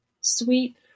sweet